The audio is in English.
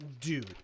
Dude